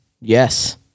Yes